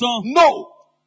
no